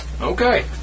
Okay